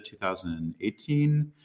2018